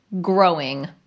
growing